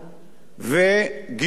וגידול במסים,